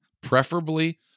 preferably